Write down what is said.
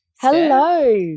Hello